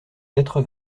quatre